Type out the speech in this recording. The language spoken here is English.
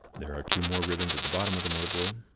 there are two more ribbons at the bottom of the motherboard.